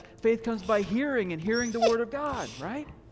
faith comes by hearing and hearing the word of god, right?